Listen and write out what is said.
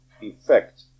effect